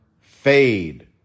Fade